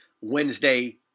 Wednesday